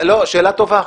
שאלה טובה.